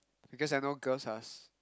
because I know girls are